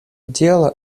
дело